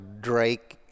Drake